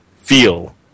feel